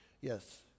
yes